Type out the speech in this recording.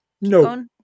No